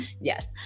Yes